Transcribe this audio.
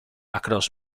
across